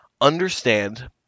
Understand